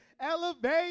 Elevate